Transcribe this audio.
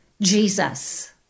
Jesus